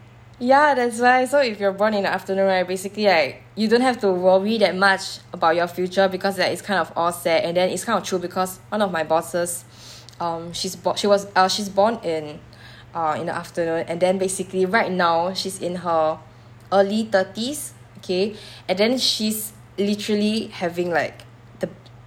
ya that's why so if you're born in afternoon right basically like you don't have to worry that much about your future because that is kind of all set and then it's kind of true because one of my bosses um she's bo~ she was ah she's born in ah in the afternoon and then basically right now she's in her early thirties okay and then she's literally having like the be~